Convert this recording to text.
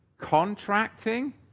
contracting